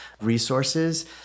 resources